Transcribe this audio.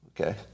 Okay